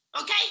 okay